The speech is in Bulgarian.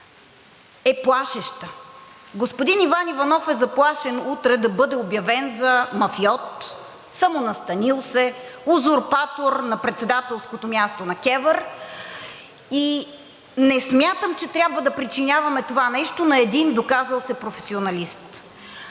е плашеща. Господин Иван Иванов е заплашен утре да бъде обявен за мафиот, самонастанил се, узурпатор на председателското място на КЕВР и не смятам, че трябва да причиняваме това нещо на един доказал се професионалист.